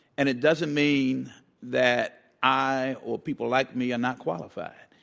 and it doesn't mean that i or people like me are not qualified.